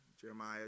Jeremiah